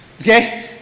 Okay